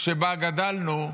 שבה גדלנו,